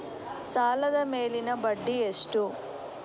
ಸಾಲದ ಮೇಲಿನ ಬಡ್ಡಿ ಎಷ್ಟು?